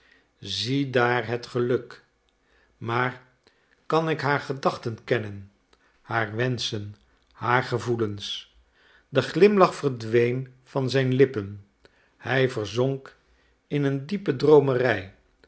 daar het geluk maar kan ik haar gedachten kennen haar wenschen haar gevoelens de glimlach verdween van zijn lippen hij verzonk in een diepe